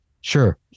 sure